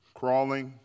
crawling